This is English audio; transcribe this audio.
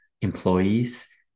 employees